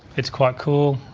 it's quite cool,